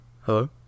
Hello